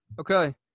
Okay